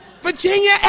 Virginia